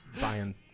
buying